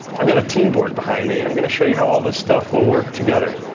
i've got a teamboard behind me and i'm going to show you how all this stuff will work together.